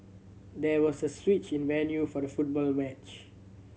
there was a switch in the venue for the football match